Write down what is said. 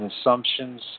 assumptions